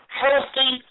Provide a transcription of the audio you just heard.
healthy